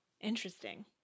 interesting